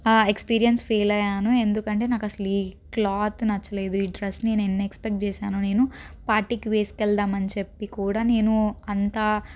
experience ఫీలయ్యాను ఎందుకంటే నాకు అసలు ఈ క్లాత్ నచ్చలేదు ఈ డ్రెస్ నేను ఎన్ని ఎక్స్పెక్ట్ చేసానో నేను పార్టీకి వేసుకెళదాము అని చెప్పి కూడా నేను అంతా